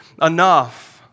enough